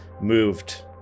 moved